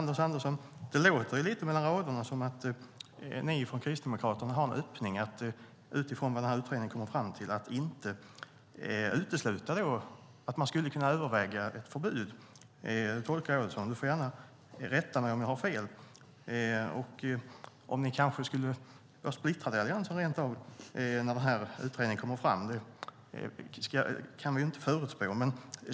Herr talman! Det låter lite mellan raderna som att ni från Kristdemokraterna har en öppning att utifrån vad utredningen kommer fram till inte utesluta att man skulle kunna överväga ett förbud, Anders Andersson. Det tolkar jag det som. Du får gärna rätta mig om jag har fel. Ni kanske rent av skulle splittra Alliansen när utredningen kommer fram. Det kan vi inte förutspå.